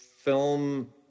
film